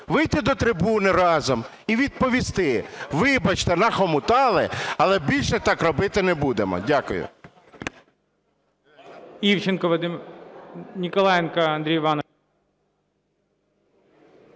вийти до трибуни разом і відповісти: вибачте, нахомутали, але більше так робити не будемо. Дякую.